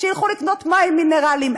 שילכו לקנות מים מינרליים.